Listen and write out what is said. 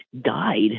died